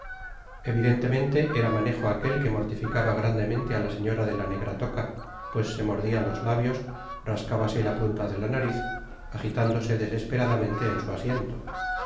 evidentemente era manejo aquel que mortificaba grandemente á la señora de la negra toca pues se mordia los lábios rascábase la punta de la nariz ajitándose desesperadamente en su asiento